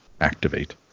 activate